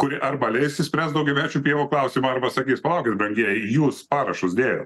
kuri arba leis išspręst daugiamečių pievų klausimą arba sakys palaukit brangieji jūs parašus dėjot